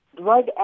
drug